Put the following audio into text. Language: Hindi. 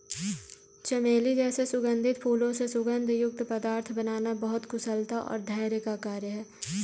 चमेली जैसे सुगंधित फूलों से सुगंध युक्त पदार्थ बनाना बहुत कुशलता और धैर्य का कार्य है